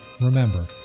Remember